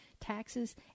taxes